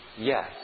Yes